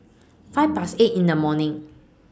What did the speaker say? five Past eight in The morning